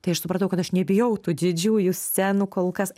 tai aš supratau kad aš nebijau tų didžiųjų scenų kol kas